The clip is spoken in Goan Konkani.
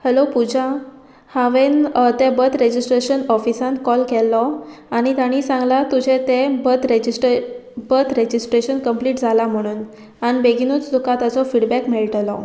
हॅलो पुजा हांवें तें बर्थ रेजिस्ट्रेशन ऑफिसान कॉल केल्लो आनी तांणी सांगला तुजे तें बर्थ रेजिस्ट्रे बर्थ रेजिस्ट्रेशन कंप्लीट जाला म्हणून आनी बेगीनूच तुका ताचो फिडबॅक मेळटलो